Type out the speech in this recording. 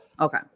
okay